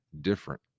different